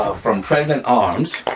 ah from present arms.